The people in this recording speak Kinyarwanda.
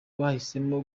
bahisemo